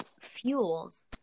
fuels